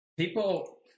People